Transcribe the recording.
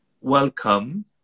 welcome